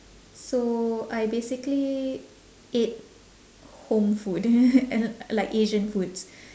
so I basically ate home food like asian foods